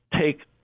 take